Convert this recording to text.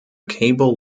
cable